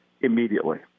immediately